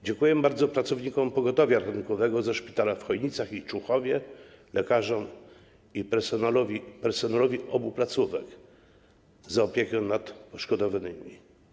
Dziękujemy bardzo pracownikom pogotowia ratunkowego ze szpitali w Chojnicach i Człuchowie, lekarzom i personelowi obu placówek za opiekę nad poszkodowanymi.